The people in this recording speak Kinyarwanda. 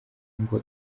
ngo